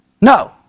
No